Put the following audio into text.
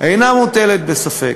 אינה מוטלת בספק.